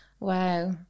Wow